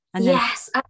Yes